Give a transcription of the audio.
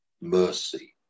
mercy